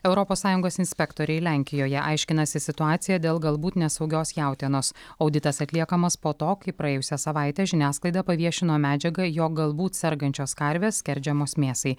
europos sąjungos inspektoriai lenkijoje aiškinasi situaciją dėl galbūt nesaugios jautienos auditas atliekamas po to kai praėjusią savaitę žiniasklaida paviešino medžiagą jog galbūt sergančios karvės skerdžiamos mėsai